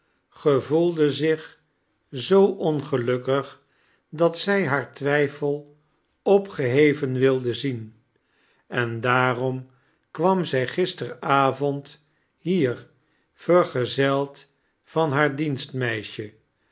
gevoelde zich zoo ongelukkig dat zij haar fcwijfel opgeheven wilde zien en daarom kwam zij gisteren avond ixier vergezeld van haar